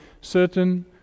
certain